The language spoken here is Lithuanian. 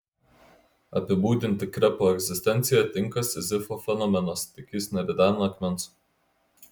apibūdinti krepo egzistenciją tinka sizifo fenomenas tik jis neridena akmens